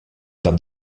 tap